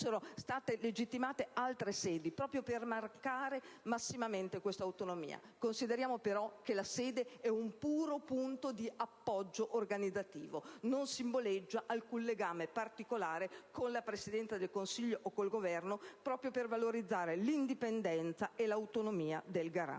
fossero state legittimate altre sedi, proprio per marcare massimamente questa autonomia. Consideriamo però che la sede è un puro punto di appoggio organizzativo, non simboleggia alcun legame particolare con la Presidenza del Consiglio o con il Governo, proprio per valorizzare l'indipendenza e l'autonomia del Garante.